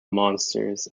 monsters